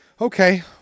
Okay